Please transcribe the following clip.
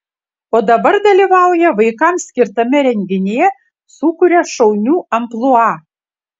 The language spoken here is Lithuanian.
o dabar dalyvauja vaikams skirtame renginyje sukuria šaunių amplua